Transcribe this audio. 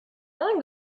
alain